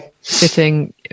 Sitting